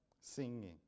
singing